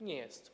Nie jest.